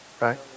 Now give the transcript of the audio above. Right